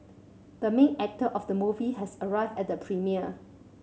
the main actor of the movie has arrived at the premiere